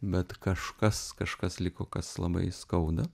bet kažkas kažkas liko kas labai skauda